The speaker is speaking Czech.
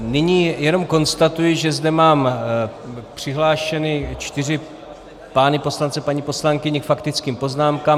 Nyní jenom konstatuji, že zde mám přihlášeny tři pány poslance a paní poslankyni k faktickým poznámkám.